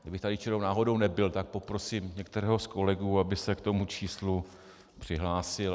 Kdybych tady čirou náhodou nebyl, tak poprosím některého z kolegů, aby se k tomu číslu přihlásil.